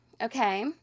okay